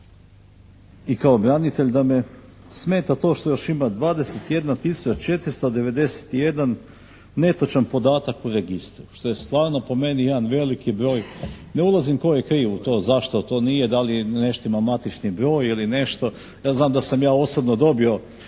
i kao branitelj da me smeta to što još ima 21 tisuća 491 netočan podatak u registru, što je stvarno po meni jedan veliki broj. Ne ulazim tko je kriv u to, zašto to nije, da li ne štima matični broj ili nešto. Ja znam da sam ja osobno dobio